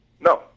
No